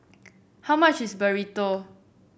how much is Burrito